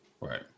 Right